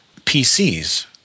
pcs